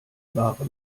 wahre